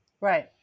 Right